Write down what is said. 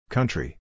Country